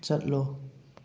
ꯆꯠꯂꯣ